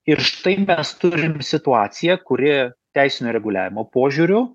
ir štai mes turim situaciją kuri teisinio reguliavimo požiūriu